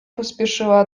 pośpieszyła